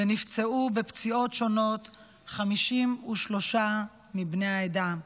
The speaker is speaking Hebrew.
ונפצעו בפציעות שונות 53 מבני העדה.